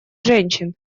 женщин